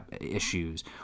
issues